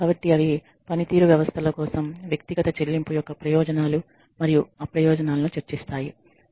కాబట్టి అవి పనితీరు వ్యవస్థల కోసం వ్యక్తిగత చెల్లింపు యొక్క ప్రయోజనాలు మరియు అప్రయోజనాలను చర్చిస్తారు